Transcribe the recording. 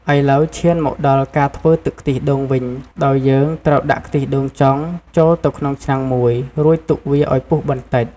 ឥឡូវ ឈានមកដល់ការធ្វើទឹកខ្ទិះដូងវិញ ដោយយើងត្រូវដាក់ខ្ទិះដូងចុងចូលទៅក្នុងឆ្នាំងមួយ រួចទុកវាឱ្យពុះបន្តិច។